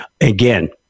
Again